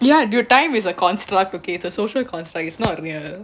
ya your time is a construct okay a social construct it's not we're